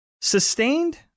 sustained